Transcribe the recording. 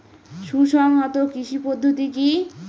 সুসংহত কৃষি পদ্ধতি কি?